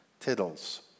tittles